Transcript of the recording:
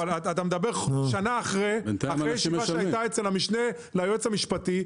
אתה מדבר על שנה אחרי הישיבה שהייתה אצל המשנה ליועץ המשפטי,